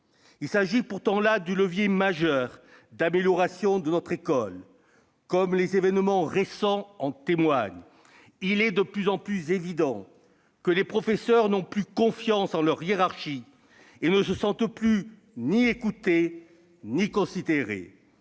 Il s'agit pourtant là du levier majeur d'amélioration de notre école. Comme les événements récents en témoignent, il est de plus en plus évident que les professeurs n'ont plus confiance en leur hiérarchie et ne se sentent plus ni écoutés ni considérés.